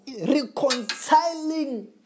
reconciling